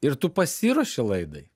ir tu pasiruoši laidai